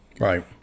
Right